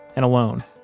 and alone,